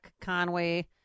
Conway